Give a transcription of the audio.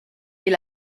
est